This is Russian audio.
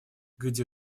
где